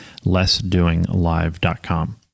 lessdoinglive.com